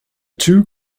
two